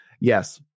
Yes